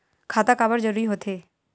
खाता काबर जरूरी हो थे?